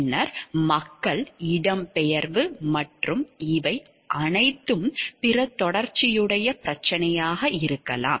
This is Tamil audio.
பின்னர் மக்கள் இடம்பெயர்வு மற்றும் இவை அனைத்தும் பிற தொடர்புடைய பிரச்சனையாக இருக்கலாம்